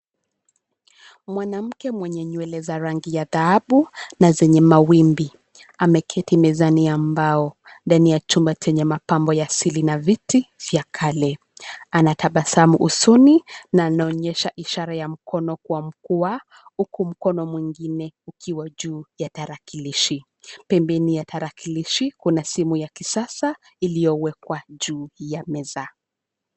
Mwanamuke mwenye nywele za rangi ya dhahabu na zenye mawimbi. Ameketi mezani ya mbao, dani ya chumba chenye mapambo ya asili na viti vya kale. Anatabasamu usoni na anoonyesha ishare ya mkono kwamkua huku mkono mwigine ukiwa juu ya tarakilishi. Pembeni ya tarakilishi kuna simu ya kisasa iliowekwa juu ya meza.